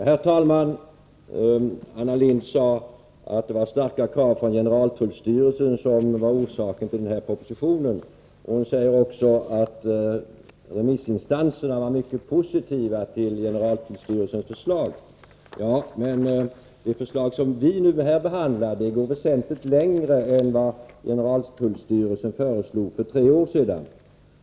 Herr talman! Anna Lindh sade att det var starka krav från bl.a. generaltullstyrelsen som var orsaken till den här propositionen. Hon sade också att remissinstanserna var mycket positiva till generaltullstyrelsens förslag. Men det förslag som vi nu behandlar går väsentligt längre än vad generaltullstyrelsen föreslog för tre år sedan.